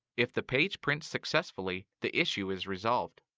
if the page prints successfully, the issue is resolved.